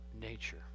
nature